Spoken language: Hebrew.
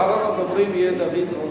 אחרון הדוברים יהיה דוד רותם.